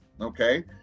Okay